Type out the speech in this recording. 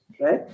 right